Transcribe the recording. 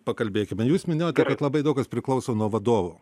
pakalbėkime jūs minėjote kad labai daug kas priklauso nuo vadovo